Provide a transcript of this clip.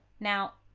now,